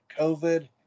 COVID